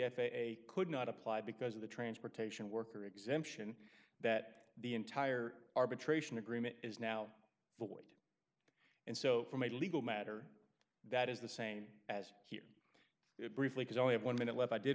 a could not apply because of the transportation worker exemption that the entire arbitration agreement is now void and so from a legal matter that is the same as here it briefly can only have one minute left i did